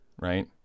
right